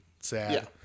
sad